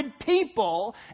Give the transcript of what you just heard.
people